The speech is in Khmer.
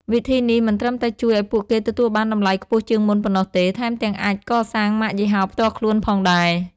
វិធីនេះមិនត្រឹមតែជួយឱ្យពួកគេទទួលបានតម្លៃខ្ពស់ជាងមុនប៉ុណ្ណោះទេ ថែមទាំងអាចកសាងម៉ាកយីហោផ្ទាល់ខ្លួនផងដែរ។